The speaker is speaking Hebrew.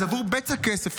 אז עבור בצע כסף,